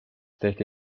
tehti